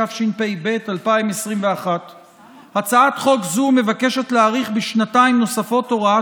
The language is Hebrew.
התשפ"ב 2021. הצעת חוק זו מבקשת להאריך בשנתיים נוספות הוראת